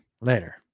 Later